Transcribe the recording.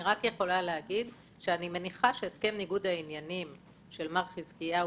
אני רק יכולה להגיד שאני מניחה שהסכם ניגוד העניינים של מר חזקיהו